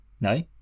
No